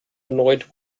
erneut